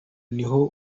niho